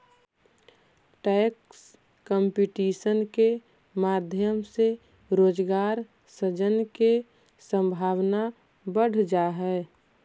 tax competition के माध्यम से रोजगार सृजन के संभावना बढ़ जा हई